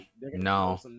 no